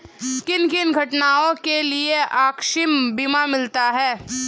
किन किन घटनाओं के लिए आकस्मिक बीमा मिलता है?